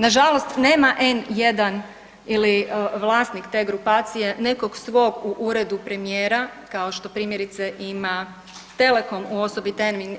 Na žalost nema N1 ili vlasnik te grupacije nekog svog u uredu premijera kao što primjerice ima Telekom u osobi